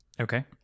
Okay